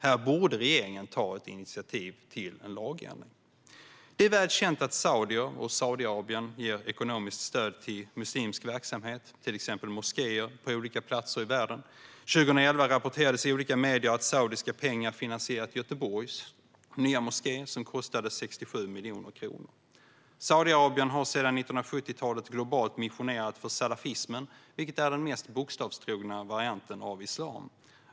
Här borde regeringen ta ett initiativ till en lagändring. Det är väl känt att saudier och Saudiarabien ger ekonomiskt stöd till muslimsk verksamhet, till exempel moskéer, på olika platser i världen. År 2011 rapporterades i olika medier att saudiska pengar finansierat Göteborgs nya moské, som kostade 67 miljoner kronor. Saudiarabien har sedan 1970-talet globalt missionerat för salafismen, vilken är den mest bokstavstrogna varianten av islam.